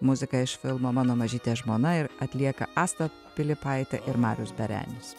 muzika iš filmo mano mažytė žmona ir atlieka asta pilypaitė ir marijus berenis